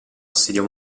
assedio